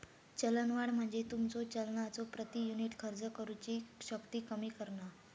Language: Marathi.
चलनवाढ म्हणजे तुमचा चलनाचो प्रति युनिट खर्च करुची शक्ती कमी करणा